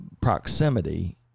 proximity